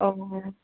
औ